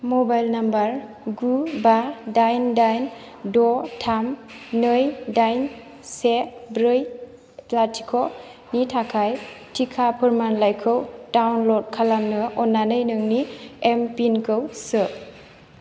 mobile number गु बा दाइन दाइन द थाम नै दाइन से ब्रै लाथिख'नि थाखाय टिका फोरमानलाइखौ डाउनल'ड खालामनो अन्नानै नोंनि एमपिनखौ सो